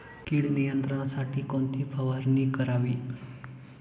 कीड नियंत्रणासाठी कोणती फवारणी करावी?